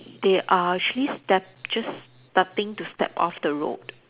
they are actually step~ just starting to step off the road